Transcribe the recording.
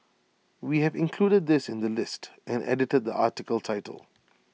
we have included this in the list and edited the article title